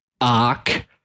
arc